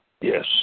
yes